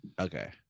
Okay